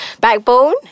backbone